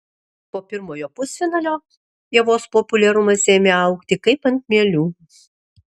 po pirmojo pusfinalio ievos populiarumas ėmė augti kaip ant mielių